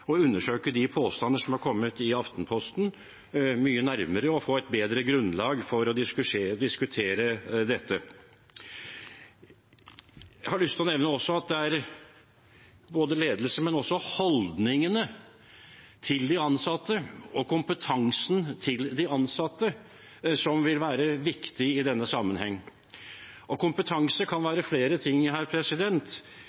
undersøke påstandene i Aftenposten mye nærmere og få et bedre grunnlag for å diskutere dette. Jeg har også lyst til å nevne at i tillegg til ledelsen vil også holdningene og kompetansen til de ansatte være viktig i denne sammenhengen. Kompetanse kan